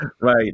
Right